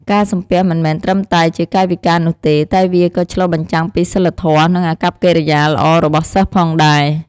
ការសំពះមិនមែនត្រឹមតែជាកាយវិការនោះទេ តែវាក៏ឆ្លុះបញ្ចាំងពីសីលធម៌ និងអាកប្បកិរិយាល្អរបស់សិស្សផងដែរ។